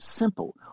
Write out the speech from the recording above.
simple